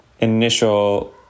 initial